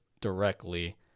directly